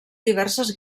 diverses